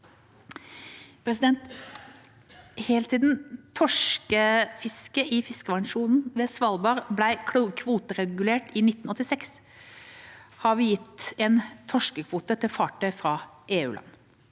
vurdering. Helt siden torskefisket i fiskevernsonen ved Svalbard ble kvoteregulert i 1986, har vi gitt en torskekvote til fartøy fra EU-land.